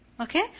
Okay